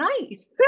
nice